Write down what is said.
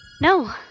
No